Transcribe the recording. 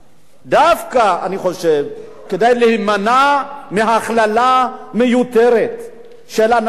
חושב שדווקא כדאי להימנע מהכללה מיותרת של אנשים.